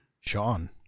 Sean